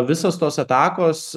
visos tos atakos